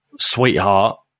Sweetheart